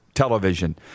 television